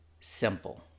simple